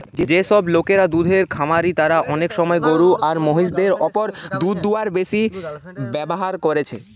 যেসব লোকরা দুধের খামারি তারা অনেক সময় গরু আর মহিষ দের উপর দুধ দুয়ানার মেশিন ব্যাভার কোরছে